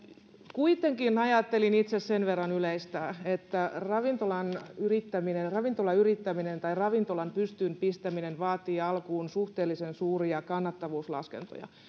kuitenkin ajattelin itse sen verran yleistää että ravintolayrittäminen ravintolayrittäminen tai ravintolan pystyyn pistäminen vaatii alkuun suhteellisen suuria kannattavuuslaskentoja